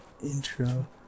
Intro